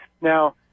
Now